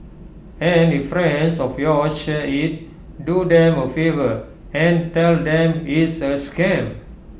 and if friends of yours share IT do them A favour and tell them it's A scam